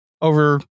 over